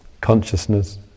consciousness